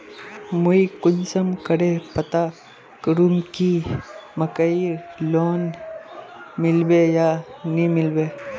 मुई कुंसम करे पता करूम की मकईर लोन मिलबे या नी मिलबे?